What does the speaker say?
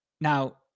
Now